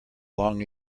long